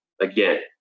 again